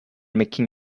making